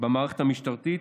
במערכת המשטרתית,